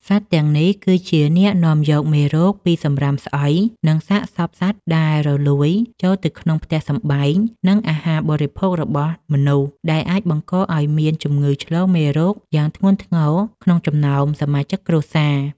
សត្វទាំងនេះគឺជាអ្នកនាំយកមេរោគពីសម្រាមស្អុយ និងសាកសពសត្វដែលរលួយចូលទៅក្នុងផ្ទះសម្បែង និងអាហារបរិភោគរបស់មនុស្ស ដែលអាចបង្កឱ្យមានជំងឺឆ្លងមេរោគយ៉ាងធ្ងន់ធ្ងរក្នុងចំណោមសមាជិកគ្រួសារ។